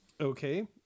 Okay